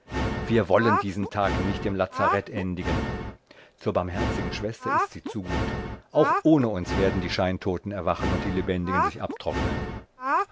wir wollen diesen tag nicht im lazarett endigen zur barmherzigen schwester ist sie zu gut auch ohne uns werden die scheintoten erwachen und die lebendigen sich abtrocknen